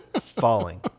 falling